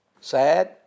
Sad